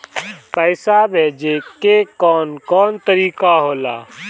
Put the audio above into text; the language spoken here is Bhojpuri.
पइसा भेजे के कौन कोन तरीका होला?